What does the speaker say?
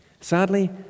Sadly